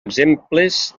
exemples